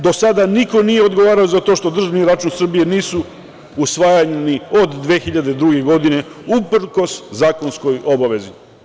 Do sada niko nije odgovarao za to što državni računi Srbije nisu usvajani od 2002. godine uprkos zakonskoj obavezi.